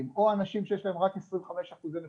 או אנשים שיש להם רק עשרים וחמש אחוזי נכות,